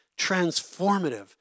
transformative